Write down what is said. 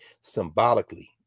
symbolically